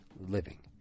living